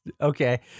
okay